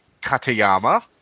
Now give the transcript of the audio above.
Katayama